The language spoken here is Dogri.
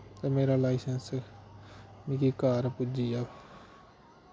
ते मेरा लाइसेंस मिगी घर पुज्जी गेआ